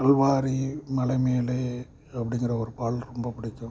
கல்வாரி மலைமேலே அப்படிங்கிற ஒரு பாடல் ரொம்ப பிடிக்கும்